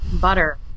butter